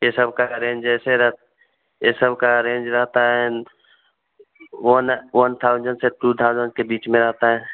ये सबका रेंज ऐसे रह ये सबका रेंज रहता है वन वन थाउज़ेंड से टू थाउज़ेंड के बीच में आता है